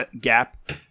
gap